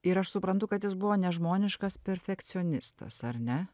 ir aš suprantu kad jis buvo nežmoniškas perfekcionistas ar ne